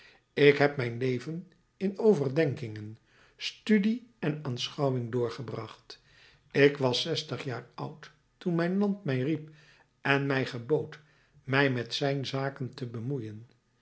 ik heb mijn leven in overdenkingen studie en aanschouwing doorgebracht ik was zestig jaar oud toen mijn land mij riep en mij gebood mij met zijn zaken te bemoeien